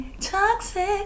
Toxic